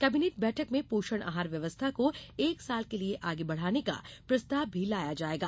cabinet बैठक में पोषण आहार व्यवस्था को एक साल के लिए आगे बढ़ाने का प्रस्ताव भी लाया जाएगा